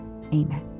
Amen